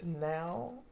now